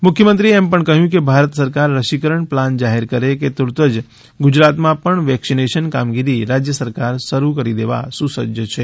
મુખ્યમંત્રીએ એમ પણ કહ્યું કે ભારત સરકાર રસીકરણ પ્લાન જાહેર કરે કે તુરત જ ગુજરાતમાં પણ વેકસીનેશન કામગીરી રાજ્ય સરકાર શરૂ કરી દેવા સુસજ્જ છે